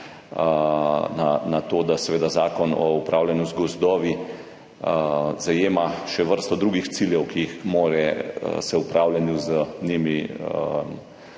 na to, da seveda Zakon o upravljanju z gozdovi zajema še vrsto drugih ciljev, ki se jih mora v upravljanju z